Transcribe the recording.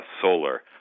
solar